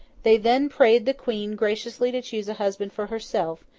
they then prayed the queen graciously to choose a husband for herself,